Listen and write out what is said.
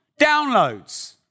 Downloads